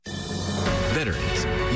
Veterans